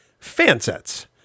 Fansets